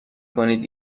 کنید